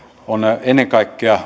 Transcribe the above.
on ennen kaikkea